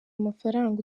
amafaranga